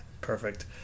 Perfect